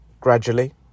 gradually